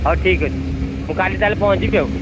ହଉ ଠିକ୍ ଅଛି ମୁଁ କାଲି ତା'ହେଲେ ପହଞ୍ଚିବି ଆଉ